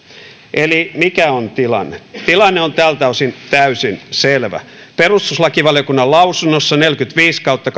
eli mikä on tilanne tilanne on tältä osin täysin selvä perustuslakivaliokunnan lausunnossa neljäkymmentäviisi kautta